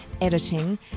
editing